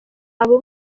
abo